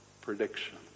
prediction